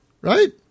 Right